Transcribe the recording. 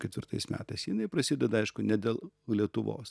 ketvirtais metais jinai prasideda aišku ne dėl lietuvos